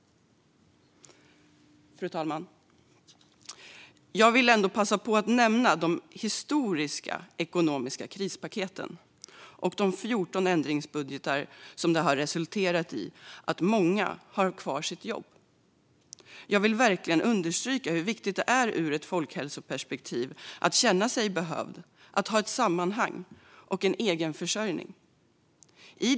Fru talman! Jag vill ändå passa på att nämna de historiska ekonomiska krispaketen och de 14 ändringsbudgetar som har resulterat i att många har kvar sina jobb. Jag vill verkligen understryka hur viktigt det är ur ett folkhälsoperspektiv att känna sig behövd, att ha ett sammanhang och en egen försörjning.